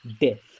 death